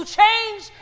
change